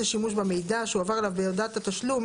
שימוש במידע שהועבר אליו בהודעת התשלום,